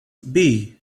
bea